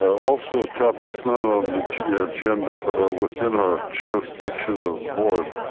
also topics not on the agenda, but are within our jurisdiction of the board.